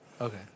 Okay